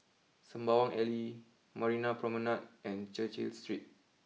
Sembawang Alley Marina Promenade and Cecil Street